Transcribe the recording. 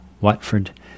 Watford